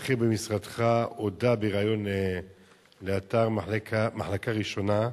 בכיר במשרדך הודה בריאיון לאתר "מחלקה ראשונה"